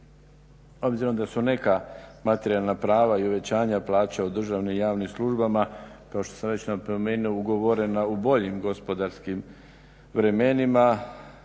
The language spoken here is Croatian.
Obzirom da su neka materijalna prava i uvećanja plaća u državnim i javnim službama kao što sam već napomenuo ugovorena u boljim gospodarskim vremenima